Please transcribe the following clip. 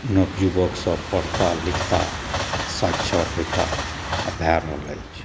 नवयुवकसभ पढ़ताह लिखताह साक्षर हेताह आब भए रहल अछि